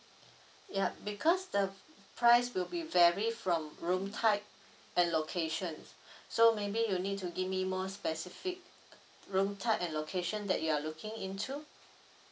ya because the price will be vary from room type and location so maybe you need to give me more specific room type and location that you're looking into